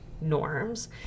norms